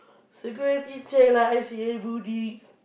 security check lah I_C_A building